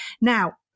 Now